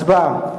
הצבעה.